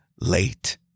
late